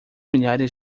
milhares